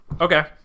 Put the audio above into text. Okay